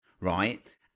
right